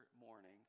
morning